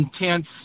intense